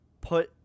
put